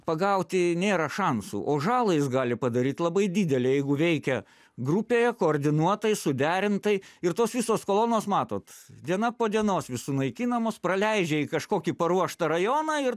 pagauti nėra šansų o žalą jis gali padaryt labai didelę jeigu veikia grupėje koordinuotai suderintai ir tos visos kolonos matot diena po dienos vis sunaikinamos praleidžia į kažkokį paruoštą rajoną ir